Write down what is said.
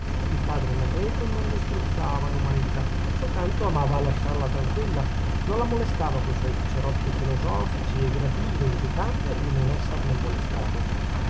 il padre anacleto non disprezzava l'umanità soltanto amava lasciarla tranquilla non la molestava co suoi cerotti filosofici e gradiva in ricambio di non esserne molestato